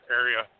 area